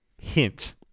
hint